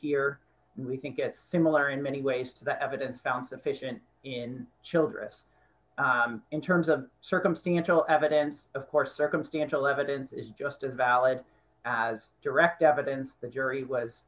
here we think it's similar in many ways to the evidence found sufficient in childress in terms of circumstantial evidence of course circumstantial evidence is just as valid as direct evidence the jury was